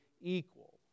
equal